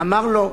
אמר לו: